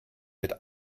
mit